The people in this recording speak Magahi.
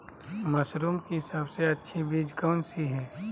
मशरूम की सबसे अच्छी बीज कौन सी है?